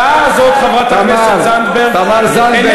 ההודעה הזאת, חברת הכנסת זנדברג, תמר, תמר זנדברג.